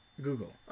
Google